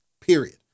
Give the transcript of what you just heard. period